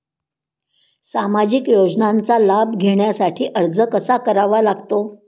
सामाजिक योजनांचा लाभ घेण्यासाठी अर्ज कसा करावा लागतो?